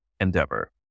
Endeavor